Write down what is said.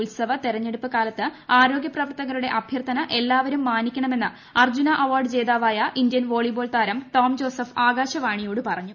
ഉത്സവ തെരഞ്ഞെടുപ്പ് കാൽത്ത് ആരോഗ്യപ്രവർത്തകരുടെ അഭ്യർത്ഥന എല്ലാവരും മീന്റിക്കണമെന്ന് അർജുന അവാർഡ് ജേതാവായ ഇന്ത്യൻ ക്രവോളിബോൾ താരം ടോം ജോസഫ് ആകാശവാണിയോട് പറഞ്ഞു